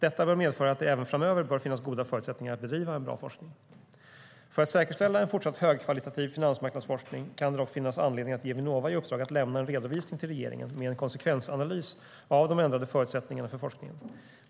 Detta bör medföra att det även framöver bör finnas goda förutsättningar att bedriva en bra forskning. För att säkerställa en fortsatt högkvalitativ finansmarknadsforskning kan det dock finnas anledning att ge Vinnova i uppdrag att lämna en redovisning till regeringen med en konsekvensanalys av de ändrade förutsättningarna för forskningen.